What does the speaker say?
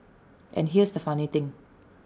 and here's the funny thing